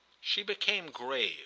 she became grave.